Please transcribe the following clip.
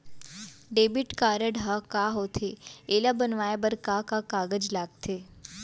Debit card ह का होथे एला बनवाए बर का का कागज लगथे?